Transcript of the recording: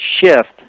shift